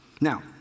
Now